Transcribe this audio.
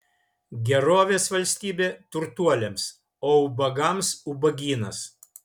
gerovės valstybė turtuoliams o ubagams ubagynas